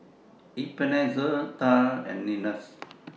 Ebenezer Tal and Linus